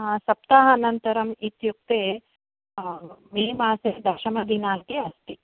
आ सप्ताह अनन्तरं इत्युक्ते मे मासे दशमदिनाङ्के अस्ति